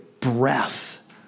Breath